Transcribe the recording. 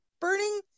burning